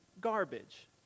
garbage